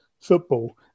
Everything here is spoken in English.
football